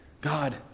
God